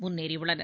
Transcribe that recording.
முன்னேறியுள்ளனர்